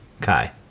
Kai